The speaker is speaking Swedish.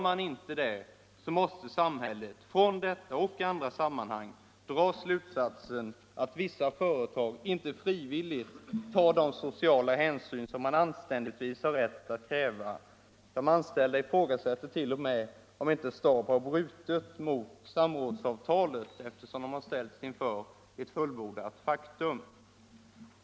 Sker inte detta måste samhället i detta och andra sammanhang dra slutsatsen att vissa företag inte frivilligt tar de sociala hänsyn som man anständigtvis har rätt att kräva. De anställda ifrågasätter t.o.m. om inte STAB har brutit mot samrådsavtalet, eftersom de anställda har ställts inför fullbordat faktum.